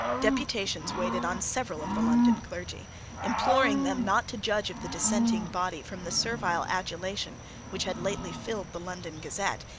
deputations waited on several of the london clergy imploring them not to judge of the dissenting body from the servile adulation which had lately filled the london gazette,